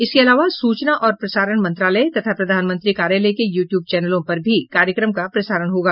इसके अलावा सूचना और प्रसारण मंत्रालय तथा प्रधानमंत्री कार्यालय के यू ट्यूब चैनलों पर भी कार्यक्रम का प्रसारण होगा